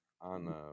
on